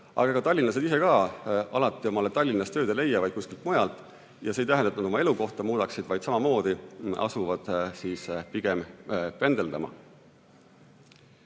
Aga ega tallinlased ise ka alati omale Tallinnas tööd ei leia, vaid kuskilt mujalt. Ja see ei tähenda, et nad oma elukohta muudaksid, vaid nad asuvad samamoodi pigem pendeldama.